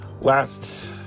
last